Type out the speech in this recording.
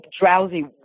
Drowsy